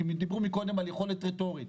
כי דיברו קודם על יכולת רטורית.